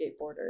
skateboarders